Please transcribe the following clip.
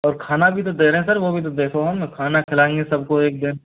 और खाना भी तो दे रहे हैं सर वो भी तो देखो हम खाना खिलाएंगे सब को एक दिन